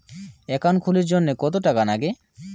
Account খুলির জন্যে কত টাকা নাগে?